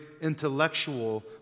intellectual